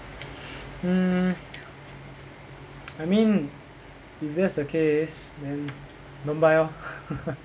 hmm I mean if that's the case then don't buy lor